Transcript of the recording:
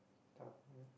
doctor